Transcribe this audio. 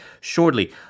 shortly